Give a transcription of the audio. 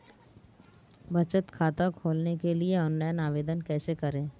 बचत खाता खोलने के लिए ऑनलाइन आवेदन कैसे करें?